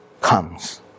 comes